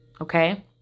Okay